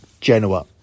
Genoa